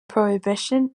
prohibition